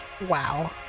Wow